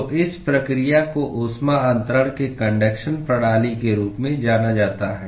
तो इस प्रक्रिया को ऊष्मा अंतरण के कन्डक्शन प्रणाली के रूप में जाना जाता है